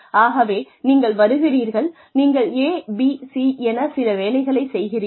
ஆகவே நீங்கள் வருகிறீர்கள் நீங்கள் a b c என சில வேலைகளைச் செய்கிறீர்கள்